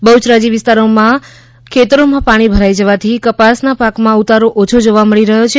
બહુચરાજી વિસ્તારીમાં ખેતરીમાં પાણી ભરાઇ જવાથી કપાસના પાકમાં ઉતારો ઓછો જોવા મળી રહ્યો છે